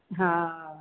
હા